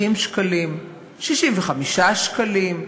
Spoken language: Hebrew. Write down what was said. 60 שקלים, 65 שקלים.